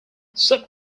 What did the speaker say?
sub